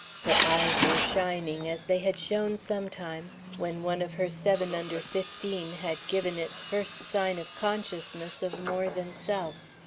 her eyes were shining as they had shone sometimes when one of her seven-under-fifteen had given its first sign of consciousness of more than self.